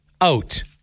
out